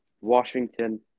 Washington